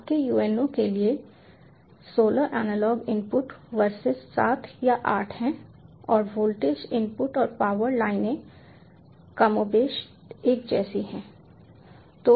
आपके UNO के लिए 16 एनालॉग इनपुट वर्सेस 7 या 8 हैं और वोल्टेज इनपुट और पावर लाइनें कमोबेश एक जैसी हैं